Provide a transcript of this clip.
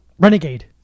Renegade